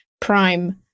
prime